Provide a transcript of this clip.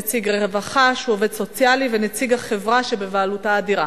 נציג משרד הרווחה שהוא עובד סוציאלי ונציג החברה שבבעלותה הדירה.